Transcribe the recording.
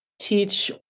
teach